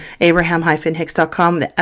abraham-hicks.com